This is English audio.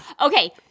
Okay